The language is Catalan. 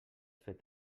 fet